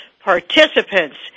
participants